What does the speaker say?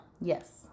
Yes